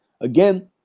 Again